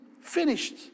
finished